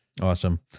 awesome